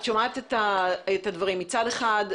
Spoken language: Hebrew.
מצד אחד,